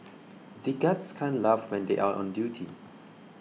the guards can't laugh when they are on duty